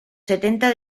setenta